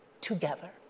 together